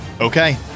Okay